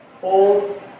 hold